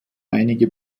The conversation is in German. einige